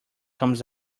comes